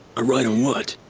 a ride on what?